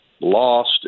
lost